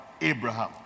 Abraham